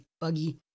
buggy